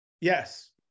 Yes